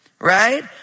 Right